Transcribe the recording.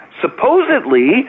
Supposedly